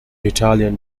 italian